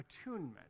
attunement